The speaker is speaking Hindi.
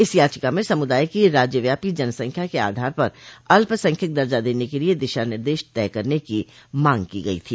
इस याचिका में समूदाय की राज्यव्यापी जनसंख्या के आधार पर अल्पसंख्यक दर्जा देने के लिए दिशा निर्देश तय करने की मांग की गई थी